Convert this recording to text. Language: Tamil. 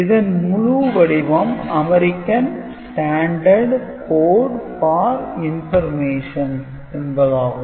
இதன் முழு வடிவம் "American Standard Code For Information" என்பதாகும்